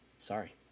Sorry